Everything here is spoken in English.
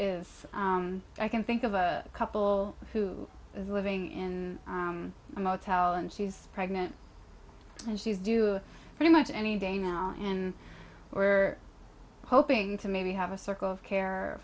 is i can think of a couple who is living in a motel and she's pregnant and she's doing pretty much any day now and we're hoping to maybe have a circle of care